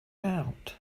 out